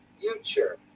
future